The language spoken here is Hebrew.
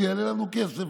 זה יעלה לנו כסף,